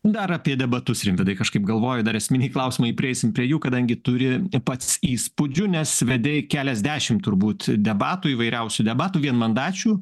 dar apie debatus rimvydai kažkaip galvoju dar esminiai klausimai prieisim prie jų kadangi turi pats įspūdžių nes vedei keliasdešim turbūt debatų įvairiausių debatų vienmandačių